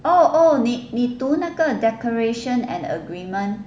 oh oh 你读那个 decretion and agreement